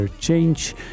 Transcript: Change